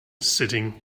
sitting